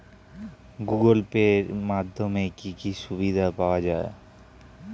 Google Pay এর মাধ্যমে কি কি সুবিধা পাওয়া যায়?